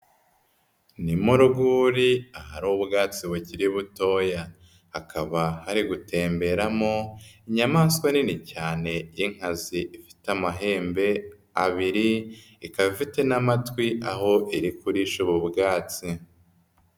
Ni mu rwuri ahari ubwatsi bukiri butoya, hakaba hari gutemberamo inyamaswa nini cyane y'inkazi ifite amahembe abiri, ikaba ifite n'amatwi aho iri kurisha ubu bwatsi.